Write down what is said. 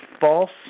false